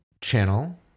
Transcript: channel